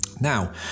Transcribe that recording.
now